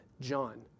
John